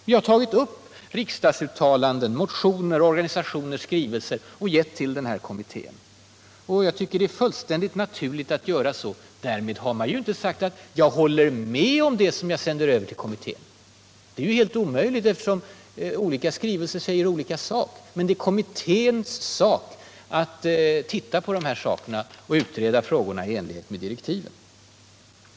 Vi har tagit upp riksdagsuttalanden, motioner och skrivelser från organisationer och gett till den här kommittén. Jag tycker att det är fullständigt naturligt att göra så. Därmed har man inte sagt att jag håller med om det som står i det jag sänder över till kommittén! Det är helt omöjligt, eftersom olika skrivelser säger olika saker. Men det är kommitténs sak att titta på det här materialet och utreda frågorna i enlighet med direktiven.